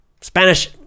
Spanish